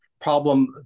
problem